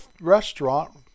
restaurant